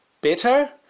better